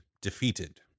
defeated